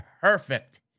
Perfect